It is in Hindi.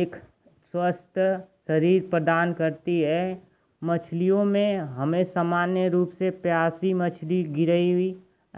एक स्वस्थ शरीर प्रदान करती है मछलियों में हमें सामान्य रूप से प्यासी मछली गरई